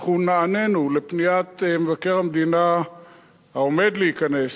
אנחנו נענינו לפניית מבקר המדינה העומד להיכנס,